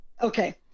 Okay